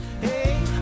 Hey